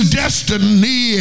destiny